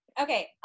Okay